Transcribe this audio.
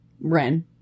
Wren